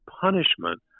punishment